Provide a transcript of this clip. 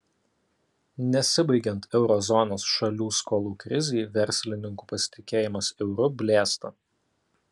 nesibaigiant euro zonos šalių skolų krizei verslininkų pasitikėjimas euru blėsta